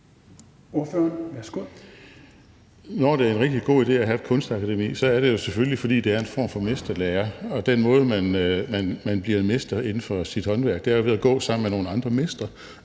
Når det er en rigtig god idé at have et kunstakademi, er det jo selvfølgelig, fordi det er en form for mesterlære. Og den måde, man bliver mester inden for sit håndværk på, er jo ved at gå sammen med nogle andre mestre.